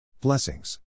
Blessings